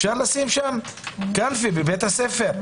אפשר לשים קלפי בבית הספר.